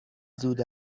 زود